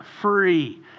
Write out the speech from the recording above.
free